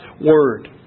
Word